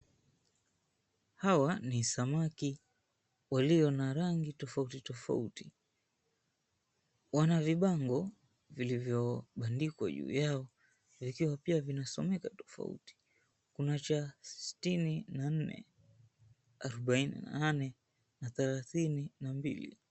Hawa ni samaki walio na rangi tofauti tofauti. Wana vibango vilivyoandikwa juu yao yakiwa pia vinasomeka tofauti kuna cha sitini na nne, arubaini na nane thelathini na mbili.